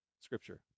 scripture